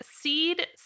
seed